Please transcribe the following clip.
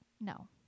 No